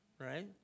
Right